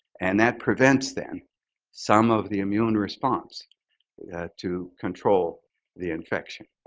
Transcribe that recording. and that prevents then some of the immune response to control the infection.